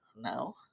no